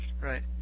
Right